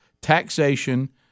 taxation